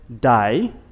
day